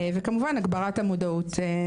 והגברת המודעות בנושא.